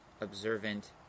Observant